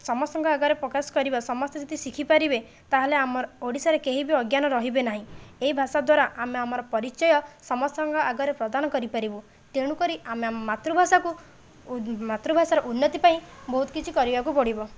ସମସ୍ତଙ୍କ ଆଗରେ ପ୍ରକାଶ କରିବା ସମସ୍ତେ ଯଦି ଶିଖି ପାରିବେ ତା'ହେଲେ ଆମର ଓଡ଼ିଶାରେ କେହି ବି ଅଜ୍ଞାନ ରହିବେ ନାହିଁ ଏହି ଭାଷା ଦ୍ୱାରା ଆମେ ଆମର ପରିଚୟ ସମସ୍ତଙ୍କ ଆଗରେ ପ୍ରଦାନ କରି ପାରିବୁ ତେଣୁକରି ଆମେ ଆମ ମାତୃଭାଷାକୁ ମାତୃଭାଷାର ଉନ୍ନତି ପାଇଁ ବହୁତ କିଛି କରିବାକୁ ପଡ଼ିବ